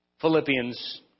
Philippians